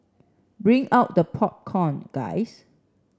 bring out the popcorn guys